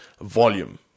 volume